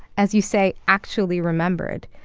as you say, actually remembered.